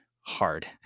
hard